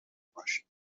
میباشد